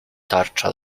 tarcza